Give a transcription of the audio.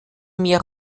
mehr